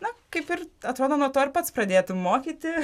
na kaip ir atrodo nuo to ir pats pradėtum mokyti